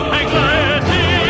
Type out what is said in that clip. anxiety